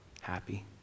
happy